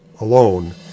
alone